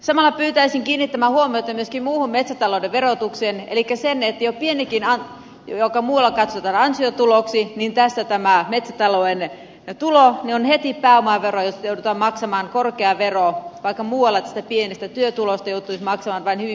samalla pyytäisin kiinnittämään huomiota myöskin muuhun metsätalouden verotukseen elikkä siihen että jo pienikin tulo joka muualla katsotaan ansiotuloksi tässä metsätalouden kohdalla on heti pääomatuloa josta joudutaan maksamaan korkea vero vaikka muualla tästä pienestä työtulosta joutuisi maksamaan vain hyvin pienen työtuloveron